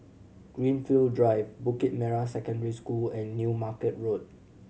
Greenfield Drive Bukit Merah Secondary School and New Market Road